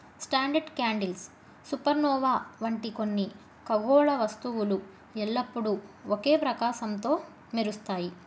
standard candles supernova వంటి కొన్ని ఖగోళ వస్తువులు ఎల్లప్పుడూ ఒకే ప్రకాశంతో మెరుస్తాయి